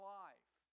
life